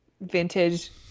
vintage